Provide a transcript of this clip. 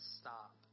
stop